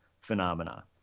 phenomena